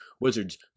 Wizards